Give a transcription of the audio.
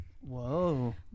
Whoa